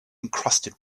encrusted